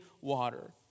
water